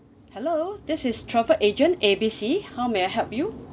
hello this is travel agent A B C how may I help you